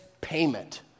payment